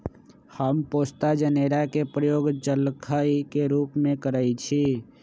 हम पोस्ता जनेरा के प्रयोग जलखइ के रूप में करइछि